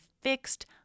fixed